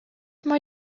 mae